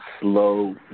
slow